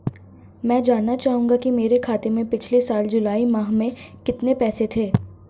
मैं जानना चाहूंगा कि मेरे खाते में पिछले साल जुलाई माह में कितने पैसे थे?